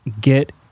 get